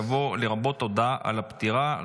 יבוא 'לרבות הודעה על הפטירה,